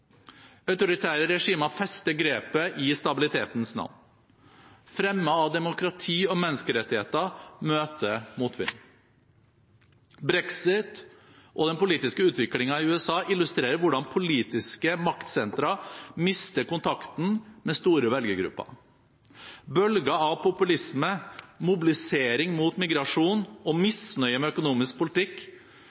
Autoritære regimer fester grepet i stabilitetens navn. Fremme av demokrati og menneskerettigheter møter motvind. Brexit og den politiske utviklingen i USA illustrerer hvordan politiske maktsentra mister kontakten med store velgergrupper. Bølger av populisme, mobilisering mot migrasjon og misnøye med økonomisk politikk